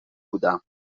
بودم